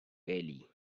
early